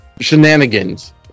shenanigans